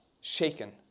shaken